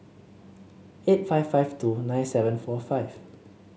eight five five two nine seven four five